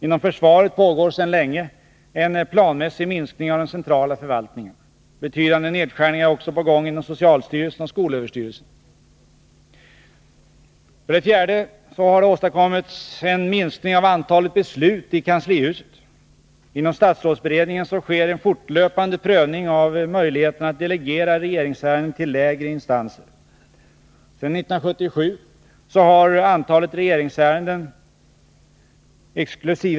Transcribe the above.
Inom försvaret pågår sedan länge en planmässig minskning av den centrala förvaltningen. Betydande nedskärningar är också på gång inom socialstyrelsen och skolöverstyrelsen. För det fjärde har det åstadkommits en minskning av antalet beslut i kanslihuset. Inom statsrådsberedningen sker en fortlöpande prövning av möjligheterna att delegera regeringsärenden till lägre instanser. Sedan 1977 har antalet regeringsärenden, exkl.